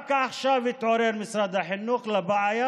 רק עכשיו התעורר משרד החינוך לבעיה,